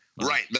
Right